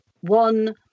One